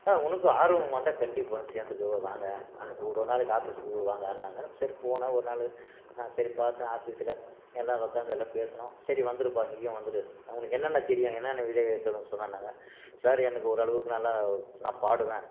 ஆ உனக்கு ஆர்வமாக இருந்தால் கண்டிப்பாக வந்து சேர்ந்துக்கோ வாங்க அப்படின் கூப்பிடதுனால ஆஃபீஸுக்கு வாங்கன்னாங்க சரி போனேன் ஒரு நாள் சரி பார்த்தேன் ஆஃபீஸில் எல்லோரும் உக்காந்து எல்லாம் பேசினோம் சரி வந்துடுப்பா நீயும் வந்துடு உனக்கு என்னென்ன தெரியும் என்னென்ன வீடியோ ஏற்றுறோம் சொல்லுன்னாங்க சார் எனக்கு ஓரளவுக்கு நல்லா நான் பாடுவேன்